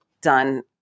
done